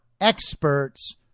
experts